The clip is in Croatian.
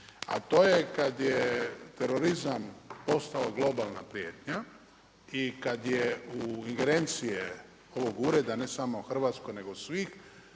a t je kad je terorizam postao globalna prijetnja i kad je u ingerencije ovog ureda ne samo hrvatskog nego svih